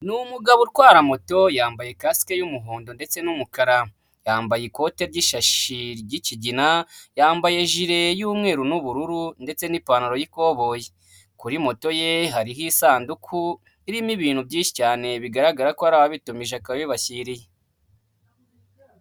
Ni umugabo utwara moto yambaye kasike y'umuhondo ndetse n'umukara, yambaye ikote ry'ishashi ry'ikigina, yambaye jire y'umweru n'ubururu ndetse n'ipantaro y'ikoboyi; kuri moto ye hariho isanduku irimo ibintu byinshi cyane bigaragara ko hari ababitumije akaba abibashyiriye.